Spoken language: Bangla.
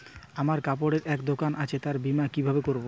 আমার কাপড়ের এক দোকান আছে তার বীমা কিভাবে করবো?